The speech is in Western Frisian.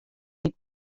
giet